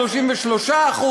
33%,